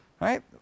Right